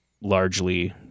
largely